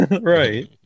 Right